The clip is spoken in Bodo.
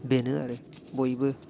बेनो आरो बयबो